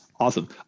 Awesome